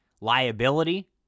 liability